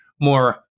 more